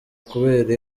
kubera